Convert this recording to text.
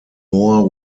more